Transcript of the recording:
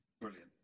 brilliant